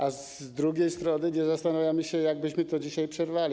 A z drugiej strony nie zastanawiamy się, jak byśmy to dzisiaj przerwali.